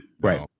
right